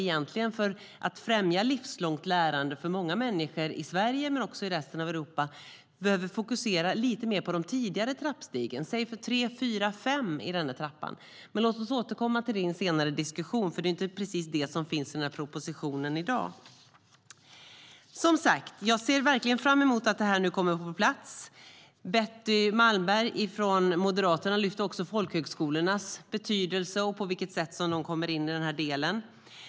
För att främja livslångt lärande för många människor i Sverige men också i resten av Europa behöver vi fokusera lite mer på de tidigare trappstegen, säg trappsteg tre, fyra, fem i trappan. Låt oss återkomma till det i en senare diskussion. Det är inte precis det som finns i propositionen i dag. Jag ser verkligen fram emot att det nu kommer på plats. Betty Malmberg från Moderaterna lyfte också fram folkhögskolornas betydelse och på vilket sätt de kommer in i den här delen.